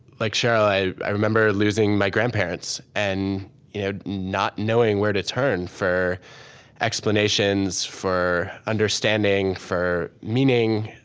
like sheryl, i i remember losing my grandparents and you know not knowing where to turn for explanations, for understanding, for meaning.